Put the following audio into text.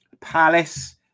Palace